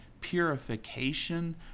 purification